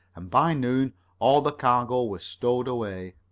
and by noon all the cargo was stowed away.